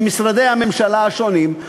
ממשרדי הממשלה השונים,